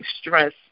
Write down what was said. stress